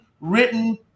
written